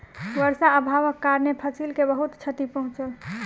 वर्षा अभावक कारणेँ फसिल के बहुत क्षति पहुँचल